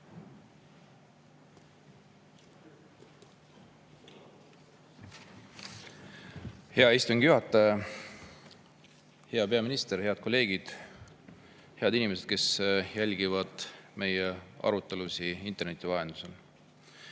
Hea istungi juhataja! Hea peaminister! Head kolleegid! Head inimesed, kes jälgivad meie arutelusid interneti vahendusel!